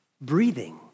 breathing